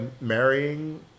marrying